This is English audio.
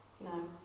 No